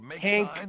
Hank